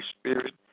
spirit